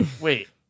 Wait